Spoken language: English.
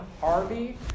Harvey